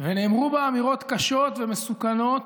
ונאמרו בה אמירות קשות ומסוכנות